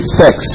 sex